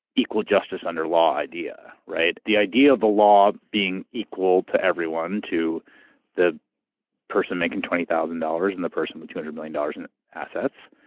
equal justice under law idea. the idea of the law being equal to everyone. to the person making twenty thousand dollars and the person with two hundred million dollars in assets.